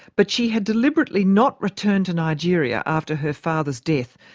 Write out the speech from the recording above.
but she had deliberately not returned to nigeria after her father's death,